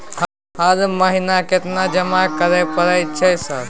हर महीना केतना जमा करे परय छै सर?